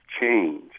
change